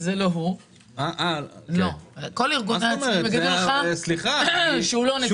כל ארגוני העצמאים יגידו לך שהוא לא נציג שלהם.